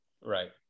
Right